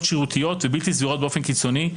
שרירותיות ובלתי סבירות באופן קיצוני,